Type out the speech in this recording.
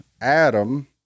Adam